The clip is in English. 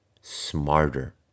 smarter